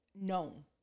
known